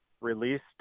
released